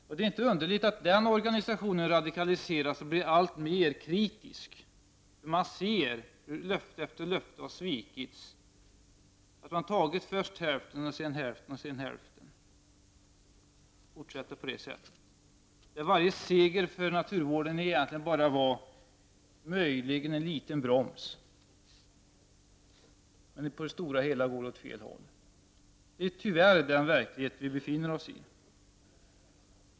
Och det är inte underligt att den organisationen radikaliseras och blir alltmer kritisk, när människorna ser hur löfte efter löfte har svikits. Man tar först hälften, sedan hälften och sedan ännu en gång hälften — och fortsätter på det sättet. Varje seger för naturvården var möjligen en liten broms, men på det stora hela har det gått åt fel håll. Det är tyvärr den verklighet vi befinner oss i.